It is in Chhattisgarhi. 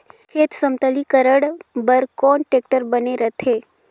खेत समतलीकरण बर कौन टेक्टर बने रथे?